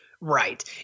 Right